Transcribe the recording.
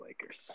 Lakers